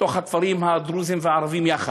בתוך הכפרים הדרוזיים והערביים יחד.